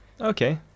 Okay